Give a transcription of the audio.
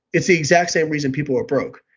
it's the exact same reason people are broke.